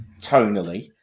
tonally